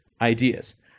ideas